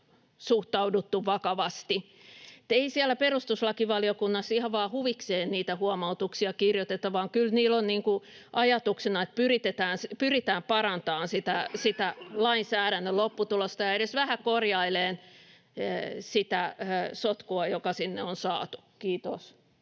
suhtauduttu vakavasti. Ei siellä perustuslakivaliokunnassa ihan vaan huvikseen niitä huomautuksia kirjoiteta, vaan kyllä niillä on ajatuksena, että pyritään parantamaan sitä lainsäädännön lopputulosta ja edes vähän korjailemaan sitä sotkua, joka sinne on saatu. — Kiitos.